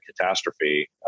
catastrophe